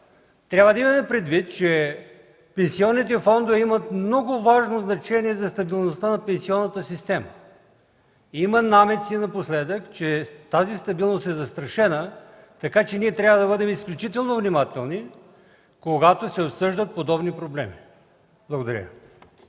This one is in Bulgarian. Трябва да имаме предвид, че пенсионните фондове имат много важно значение за стабилността на пенсионната система. Напоследък има намеци, че тази стабилност е застрашена, така че ние трябва да бъдем изключително внимателни, когато се обсъждат подобни проблеми. Благодаря